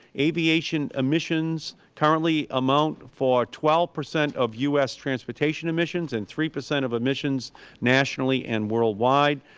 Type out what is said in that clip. aviation emissions currently amount for twelve percent of u s. transportation emissions and three percent of emissions nationally and worldwide.